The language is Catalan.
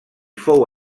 fou